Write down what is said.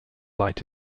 light